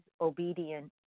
obedient